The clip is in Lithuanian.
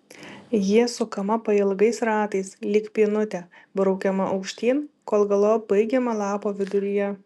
ji sukama pailgais ratais lyg pynutė braukiama aukštyn kol galop baigiama lapo viduryje